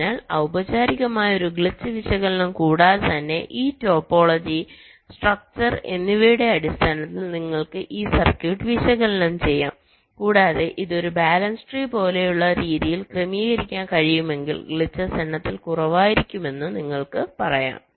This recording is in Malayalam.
അതിനാൽ ഔപചാരികമായ ഒരു ഗ്ലിച്ച് വിശകലനം കൂടാതെ തന്നെ ഈ ടോപ്പോളജിtopology സ്ട്രക്ചർ എന്നിവയുടെ അടിസ്ഥാനത്തിൽ നിങ്ങൾക്ക് ഈ സർക്യൂട്ട് വിശകലനം ചെയ്യാം കൂടാതെ ഇത് ഒരു ബാലൻസ് ട്രീ പോലെയുള്ള രീതിയിൽ ക്രമീകരിക്കാൻ കഴിയുമെങ്കിൽ ഗ്ലിച്ചസ് എണ്ണത്തിൽ കുറവായിരിക്കുമെന്ന് നിങ്ങൾക്ക് പറയാം